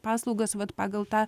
paslaugas vat pagal tą